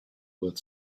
worth